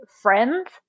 friends